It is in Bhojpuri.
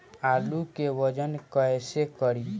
आलू के वजन कैसे करी?